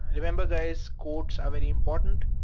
remember guys, quotes are very important.